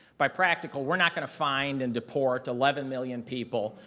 buy practical, we're not going to find and deport eleven million people,